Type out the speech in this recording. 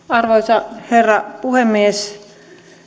arvoisa herra puhemies